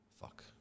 Fuck